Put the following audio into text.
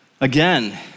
again